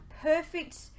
perfect